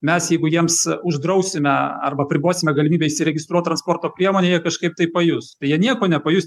mes jeigu jiems uždrausime arba apribosime galimybę įsiregistruot transporto priemonę jie kažkaip tai pajus jie nieko nepajus